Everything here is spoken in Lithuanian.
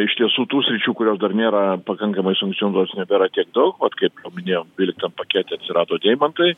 iš tiesų tų sričių kurios dar nėra pakankamai sankcionuotos nebėra tiek daug vat kaip jau minėjom dvyliktam pakete atsirado deimantai